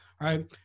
right